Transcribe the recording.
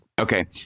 Okay